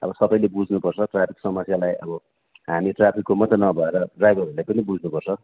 अब सबैले बुझ्नुपर्छ ट्राफिक समस्यालाई अब हामी ट्राफिकको मात्रै नभएर ड्राइभरहरूले पनि बुझ्नुपर्छ